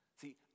See